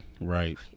right